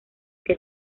que